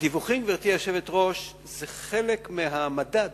דיווחים, גברתי היושבת-ראש, זה חלק מהמדד